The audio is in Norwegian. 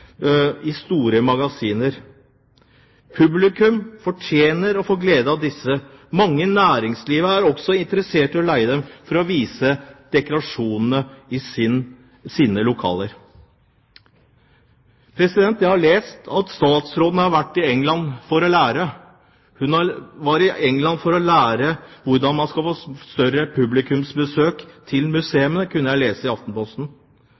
magasiner. Publikum fortjener å få glede av disse. Mange i næringslivet er også interessert i å leie dem for dekorasjon i sine lokaler. Statsråden har vært i England for å lære hvordan man skal få større publikumsbesøk til museene, kunne jeg lese i Aftenposten. Men det er allerede utviklet et forum for det. Norsk publikumsutvikling, som holder til i